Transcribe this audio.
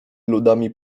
ludami